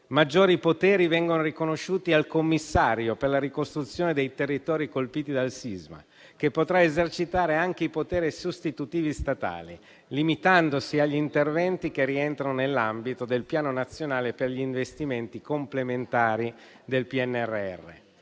Maggiori poteri vengono riconosciuti al commissario per la ricostruzione dei territori colpiti dal sisma, che potrà esercitare anche i poteri sostitutivi statali, limitandosi agli interventi che rientrano nell'ambito del Piano nazionale per gli investimenti complementari del PNRR.